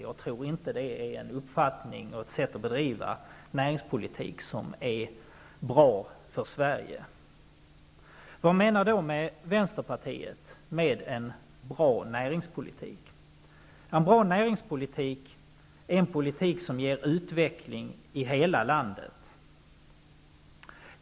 Jag tror inte att det är ett sätt att bedriva näringspolitik på som är bra för Sverige. Vad menar då Vänsterpartiet med en bra näringspolitik? En bra näringspolitik är en politik som ger utveckling i hela landet.